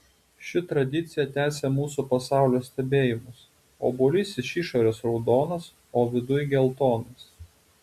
ši tradicija tęsia mūsų pasaulio stebėjimus obuolys iš išorės raudonas o viduj geltonas